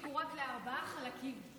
שלי פורק לארבעה חלקים.